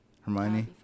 Hermione